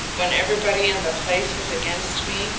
when everybody in the place was against me,